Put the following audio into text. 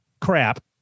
crap